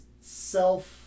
self